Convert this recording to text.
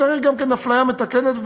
צריך גם אפליה מתקנת,